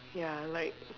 ya like